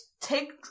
take